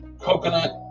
coconut